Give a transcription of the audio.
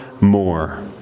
more